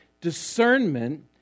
Discernment